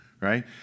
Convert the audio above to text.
right